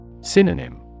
Synonym